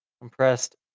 Compressed